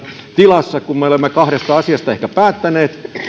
tilassa kun me olemme kahdesta asiasta ehkä päättäneet ja